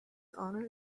honor